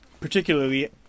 particularly